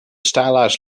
stylized